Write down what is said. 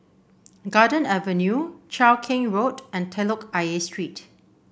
Garden Avenue Cheow Keng Road and Telok Ayer Street